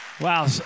Wow